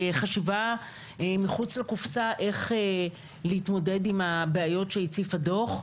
וחשיבה מחוץ לקופסה לגבי האופן שבו ניתן להתמודד עם הבעיות שהציף הדו"ח.